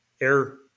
Air